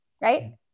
Right